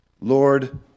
Lord